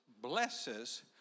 blesses